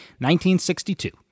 1962